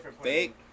fake